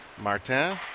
Martin